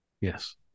Yes